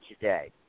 today